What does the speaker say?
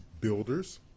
builders